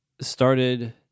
started